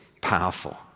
powerful